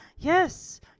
Yes